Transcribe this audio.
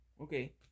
Okay